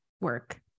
work